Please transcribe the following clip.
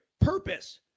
purpose